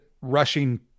rushing